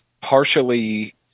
partially